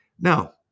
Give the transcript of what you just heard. Now